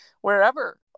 wherever